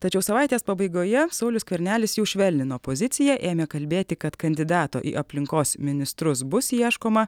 tačiau savaitės pabaigoje saulius skvernelis jau švelnino poziciją ėmė kalbėti kad kandidato į aplinkos ministrus bus ieškoma